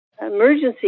emergency